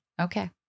Okay